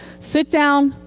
sit down,